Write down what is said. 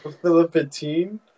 Philippine